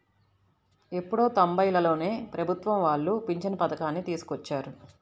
ఎప్పుడో తొంబైలలోనే ప్రభుత్వం వాళ్ళు పింఛను పథకాన్ని తీసుకొచ్చారు